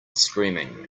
screaming